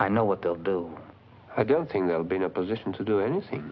i know what they'll do i don't think they'll be in a position to do anything